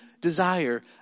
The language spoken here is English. desire